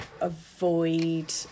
avoid